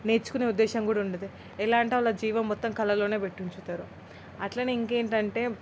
నేర్చుకునే ఉద్దేశ్యం కూడా ఉండదు ఎలా అంటే అలా జీవితం మొత్తం కళలోనే పెట్టి ఉంచుతారు అలా అనే ఇంకేంటి అంటే